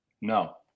No